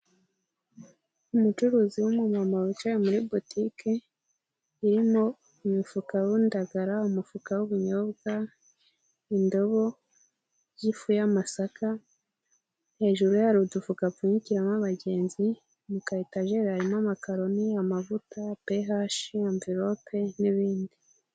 Umucuruzi w'umumama wicaye muri butike irimo imifuka w'indagara, umufuka w'ibinyobwa, indobo z'ifu y'amasaka, hejuru ye hari udufuka apfunyikiramo abagenzi, mu kayetejeri harimo amakaroni, amavuta, pehashi, amvirope n'ibindi.